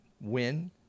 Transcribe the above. win